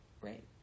right